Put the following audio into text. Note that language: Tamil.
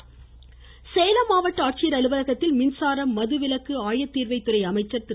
செந்தில் பாலாஜி சேலம் மாவட்ட ஆட்சியர் அலுவலகத்தில் மின்சாரம் மதுவிலக்கு ஆயத்தீர்வை துறை அமைச்சர் திரு